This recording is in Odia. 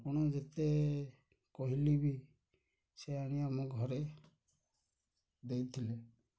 ଆପଣ ଯେତେ କହିଲେ ବି ସେ ଆଣି ଆମ ଘରେ ଦେଇଥିଲେ